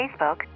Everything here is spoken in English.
Facebook